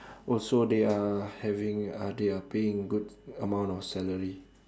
also they are having uh they are paying good amount of salary